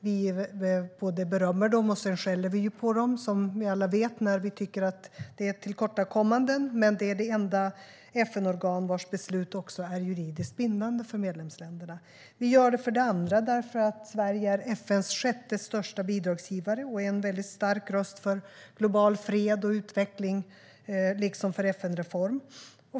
Vi berömmer dem, och som vi alla vet skäller vi på dem när vi tycker att det finns tillkortakommanden. Men det är också det enda FN-organ vars beslut är juridiskt bindande för medlemsländerna. Vi kandiderar för det andra eftersom Sverige är FN:s sjätte största bidragsgivare och en stark röst för global fred och utveckling, liksom för FN-reform.